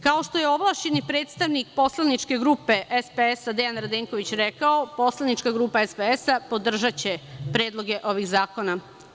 Kao što je ovlašćeni predstavnik poslaničke grupe SPS Dejan Radenković rekao, poslanička grupa SPS podržaće predloge ovih zakona.